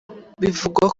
bivugwa